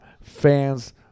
fans